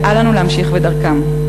ואל לנו להמשיך בדרכם.